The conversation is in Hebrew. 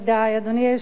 אדוני,